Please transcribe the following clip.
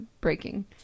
breaking